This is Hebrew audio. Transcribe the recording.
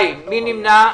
מי נמנע?